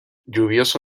lluvioso